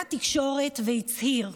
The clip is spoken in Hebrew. לתקשורת והצהיר: